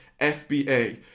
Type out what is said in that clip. FBA